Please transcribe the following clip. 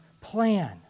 plan